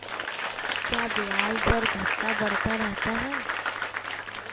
क्या ब्याज दर घटता बढ़ता रहता है?